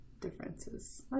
differences